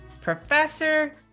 professor